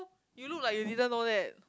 you look like you didn't know that